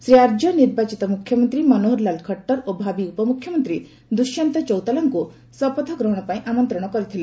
ଶ୍ରୀ ଆର୍ଯ୍ୟ ନିର୍ବାଚିତ ମୁଖ୍ୟମନ୍ତ୍ରୀ ମନୋହରଲାଲ ଖଟ୍ଟର ଓ ଭାବି ଉପମୁଖ୍ୟମନ୍ତ୍ରୀ ଦୁଷ୍ୟନ୍ତ ଚୌତାଲାଙ୍କୁ ଶପଥ ଗ୍ରହଣ ପାଇଁ ଆମନ୍ତ୍ରଣ କରିଥିଲେ